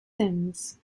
sims